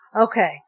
okay